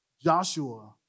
Joshua